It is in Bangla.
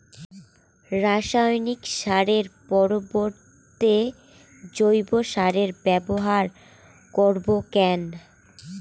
রাসায়নিক সারের পরিবর্তে জৈব সারের ব্যবহার করব কেন?